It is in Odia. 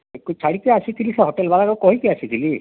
ସେଇଠି ଛାଡ଼ିକି ଆସିଥିଲି ସେ ହୋଟେଲ୍ବାଲାକୁ କହିକି ଆସିଥିଲି